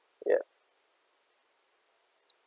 ya